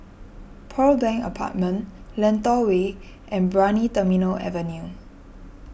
Pearl Bank Apartment Lentor Way and Brani Terminal Avenue